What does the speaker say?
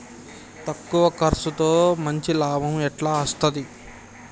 తక్కువ కర్సుతో మంచి లాభం ఎట్ల అస్తది?